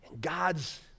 God's